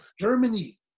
Germany